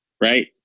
Right